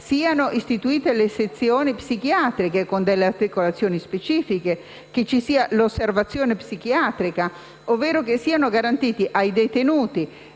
siano istituite le sezioni psichiatriche, con articolazioni specifiche; che vi sia l'osservazione psichiatrica, ovvero che siano garantiti ai detenuti